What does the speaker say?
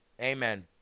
Amen